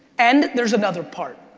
and there's another part.